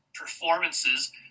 performances